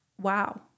wow